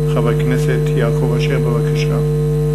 חבר הכנסת יעקב אשר, בבקשה.